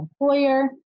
employer